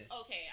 Okay